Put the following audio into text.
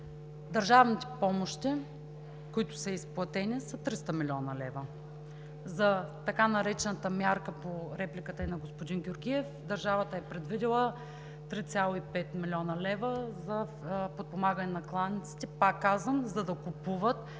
Държавните помощи, които са изплатени са 300 млн. лв. За така наречената мярка, по реплика и на господин Георгиев, държавата е предвидила 3,5 млн. лв. за подпомагане на кланиците – пак казвам, за да купуват